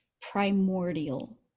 primordial